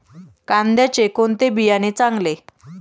कांद्याचे कोणते बियाणे चांगले?